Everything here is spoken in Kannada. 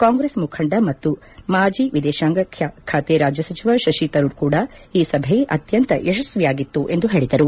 ಕಾಂಗ್ರೆಸ್ ಮುಖಂಡ ಮತ್ತು ಮಾಜಿ ವಿದೇಶಾಂಗ ಖಾತೆ ರಾಜ್ಯ ಸಚಿವ ಶಶಿ ತರೂರ್ ಕೂಡ ಈ ಸಭೆ ಅತ್ಯಂತ ಯಶಸ್ವಿಯಾಗಿತ್ತು ಎಂದು ಹೇಳಿದರು